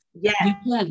yes